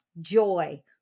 joy